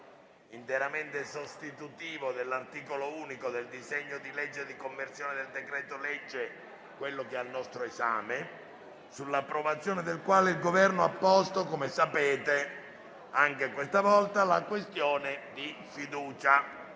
interamente sostitutivo dell'articolo unico del disegno di legge di conversione del decreto-legge 21 ottobre 2021, n. 146, sull'approvazione del quale il Governo ha posto - anche questa volta - la questione di fiducia.